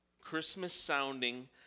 Christmas-sounding